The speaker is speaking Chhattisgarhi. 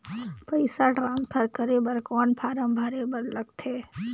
पईसा ट्रांसफर करे बर कौन फारम भरे बर लगथे?